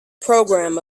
program